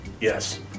Yes